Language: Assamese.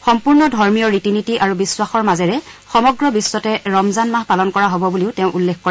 সম্পূৰ্ণ ধৰ্মীয় ৰীতি নীতি আৰু বিখাসৰ মাজেৰে সমগ্ৰ বিখ্বতে ৰমজান মাহ পালন কৰা হ'ব বুলিও তেওঁ উল্লেখ কৰে